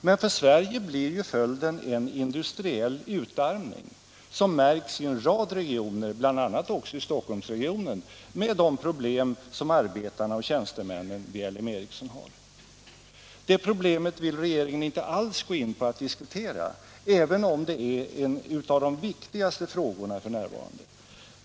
Men för Sverige blir följden en industriell utarmning som märks i en rad regioner, bl.a. också i Stockholmsregionen, med de problem som arbetarna och tjänstemännen vid LM Ericsson har. Det problemet vill regeringen inte alls diskutera trots att det är en av de viktigaste frågorna f. n.